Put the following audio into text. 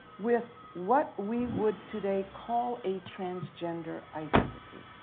with what we would today call a transgender identity.